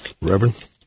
Reverend